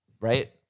Right